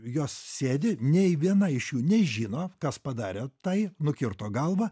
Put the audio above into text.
jos sėdi nei viena iš jų nežino kas padarė tai nukirto galvą